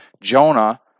Jonah